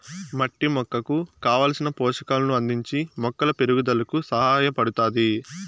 మట్టి మొక్కకు కావలసిన పోషకాలను అందించి మొక్కల పెరుగుదలకు సహాయపడుతాది